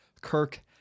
Kirk